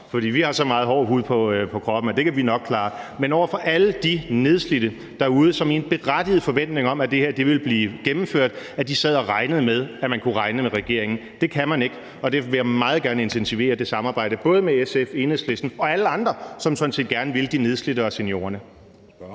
for vi har så meget hård hud på kroppen, at det kan vi nok klare, men over for alle de nedslidte derude, som i en berettiget forventning om, at det her ville blive gennemført, sad og tænkte, at de kunne regne med regeringen. Men det kan man ikke, og jeg vil meget gerne intensivere det samarbejde både med SF og Enhedslisten og alle andre, som sådan set gerne vil de nedslidte og seniorerne.